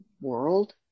world